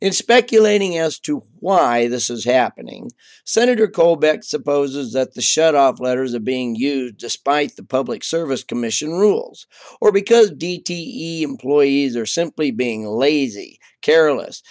is speculating as to why this is happening senator colbert supposes that the shut off letters of being used despite the public service commission rules or because d t e employees are simply being a lazy careless